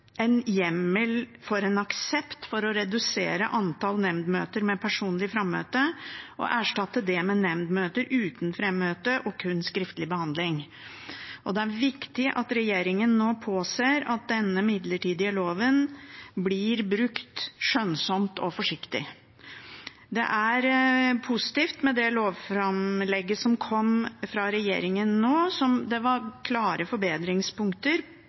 en aksept for å redusere antall nemndsmøter med personlig frammøte og erstatte det med nemndsmøter uten frammøte og kun skriftlig behandling. Det er viktig at regjeringen nå påser at denne midlertidige loven blir brukt skjønnsomt og forsiktig. Det er positivt med det lovframlegget som kom fra regjeringen nå, for det var klare forbedringspunkter